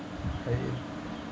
I